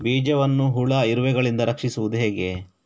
ಬೀಜವನ್ನು ಹುಳ, ಇರುವೆಗಳಿಂದ ರಕ್ಷಿಸುವುದು ಹೇಗೆ?